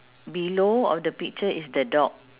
below of the picture is the dog